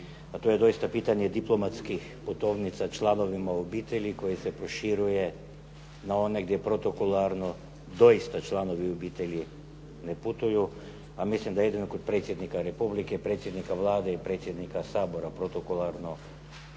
a to je doista pitanje diplomatskih putovnica članovima obitelji koje se proširuje na one gdje protokolarno doista članovi obitelji ne putuju, a mislim da jedino kod predsjednika Republike, predsjednika Vlade i predsjednika Sabora protokolarno